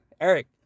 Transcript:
Eric